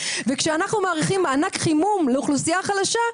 וכשאנחנו מאריכים מענק חימום לאוכלוסייה חלשה,